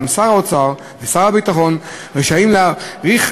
ואולם שר האוצר ושר הביטחון רשאים להאריך